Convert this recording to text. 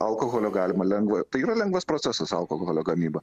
alkoholio galima lengva tai yra lengvas procesas alkoholio gamyba